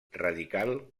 radical